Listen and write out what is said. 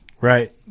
right